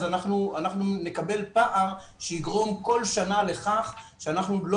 אנחנו נקבל פער שיגרום כל שנה לכך שאנחנו לא